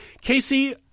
Casey